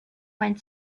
went